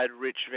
Rich